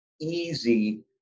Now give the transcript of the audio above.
easy